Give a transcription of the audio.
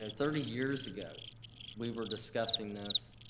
ah thirty years ago we were discussing this,